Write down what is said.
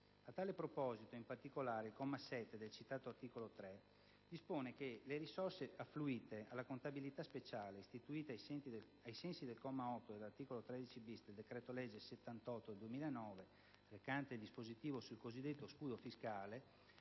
A tale proposito, in particolare, il comma 7 del citato articolo 3 dispone che le risorse affluite alla contabilità speciale istituita ai sensi del comma 8 dell'articolo 13-*bis* del decreto-legge n. 78 del 2009, recante il dispositivo sul cosiddetto scudo fiscale